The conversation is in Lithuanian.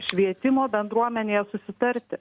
švietimo bendruomenėje susitarti